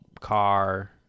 car